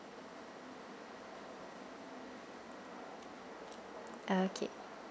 okay